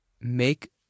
make